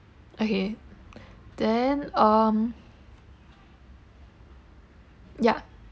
okay then um ya